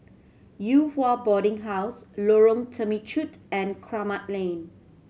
Yew Hua Boarding House Lorong Temechut and Kramat Lane